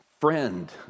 friend